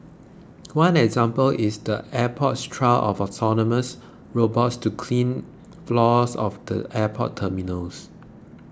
one example is the airport's trial of autonomous robots to clean floors of the airport terminals